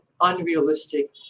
unrealistic